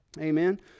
Amen